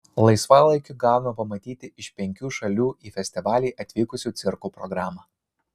laisvalaikiu gavome pamatyti iš penkių šalių į festivalį atvykusių cirkų programą